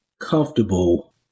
comfortable